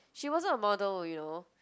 she wasn't a model you know